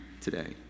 today